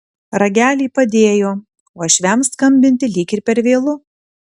ragelį padėjo uošviams skambinti lyg ir per vėlu